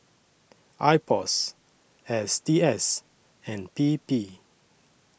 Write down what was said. Ipos S T S and P P